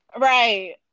right